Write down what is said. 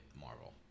Marvel